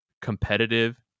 competitive